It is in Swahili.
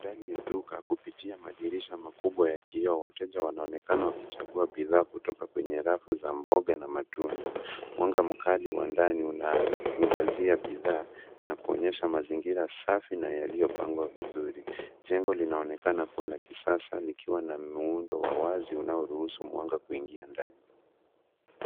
Ndani ya duka kupitia madirisha makubwa ya kioo. Wateja wanaonekana wakichagua bidhaa kutoka kwenye rafu za mboga na matunda. Mwanga mkali wa ndani unaangazia bidhaa na kuonyesha mazingira safi na yaliyopangwa vizuri. Jengo linaonekana kuwa la kisasa likiwa na muundo wa wazi unaoruhusu mwanga kuingia ndani.